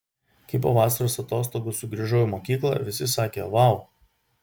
kai po vasaros atostogų sugrįžau į mokyklą visi sakė vau